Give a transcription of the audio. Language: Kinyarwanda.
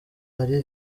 marie